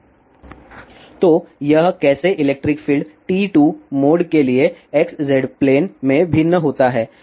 Studentतो यह कैसे electric field TE2 mode के लिए xz प्लेन में भिन्न होता है